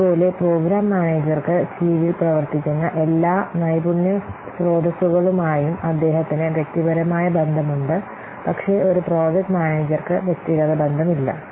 അതുപോലെ പ്രോഗ്രാം മാനേജർക്ക് കീഴിൽ പ്രവർത്തിക്കുന്ന എല്ലാ നൈപുണ്യ സ്രോതസുകളുമായും അദ്ദേഹത്തിന് വ്യക്തിപരമായ ബന്ധമുണ്ട് പക്ഷേ ഒരു പ്രോജക്ട് മാനേജർക്ക് വ്യക്തിഗത ബന്ധമില്ല